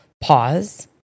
pause